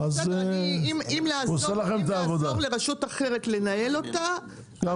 בסדר אם יעזור לרשות אחרת לנהל אותה -- גם